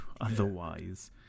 otherwise